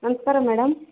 ನಮಸ್ಕಾರ ಮೇಡಮ್